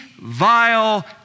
vile